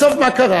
בסוף מה קרה?